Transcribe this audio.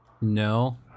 no